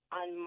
on